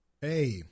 Hey